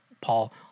Paul